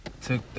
took